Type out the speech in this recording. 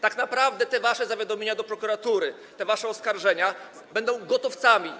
Tak naprawdę te wasze zawiadomienia do prokuratury, te wasze oskarżenia będą gotowcami.